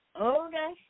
Okay